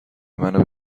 منو